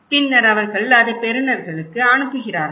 பின்னர் அவர்கள் அதை பெறுநர்களுக்கு அனுப்புகிறார்கள்